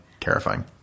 Terrifying